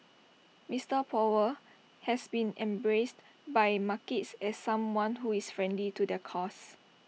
Mister powell has been embraced by markets as someone who is friendly to their cause